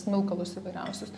smilkalus įvairiausius